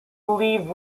lead